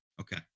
Okay